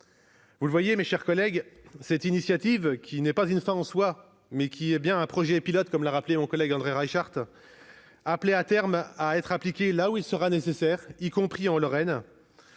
Vous le voyez, mes chers collègues, cette initiative, qui n'est pas une fin en soi, mais bien un projet pilote, comme l'a rappelé André Reichardt, est appelée à terme à être appliquée là où elle sera nécessaire, y compris en Lorraine.